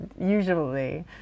usually